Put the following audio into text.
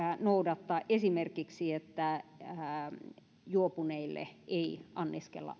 noudattaa että juopuneille ei esimerkiksi anniskella